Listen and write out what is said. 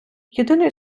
єдиної